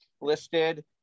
listed